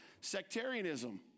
sectarianism